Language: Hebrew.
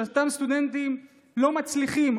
כשאותם סטודנטים לא מצליחים,